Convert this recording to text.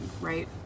right